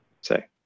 say